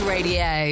Radio